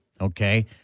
okay